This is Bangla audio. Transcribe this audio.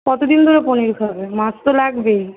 কতদিন ধরে পনির খাবে মাছ তো লাগবেই